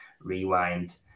Rewind